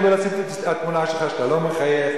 יכלו לשים את התמונה שלך כשאתה לא מחייך.